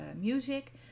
music